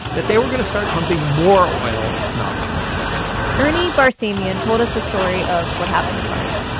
that they were going to start pumping more oil, not less ernie barsamian told us the story of what happened in march.